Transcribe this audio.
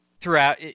throughout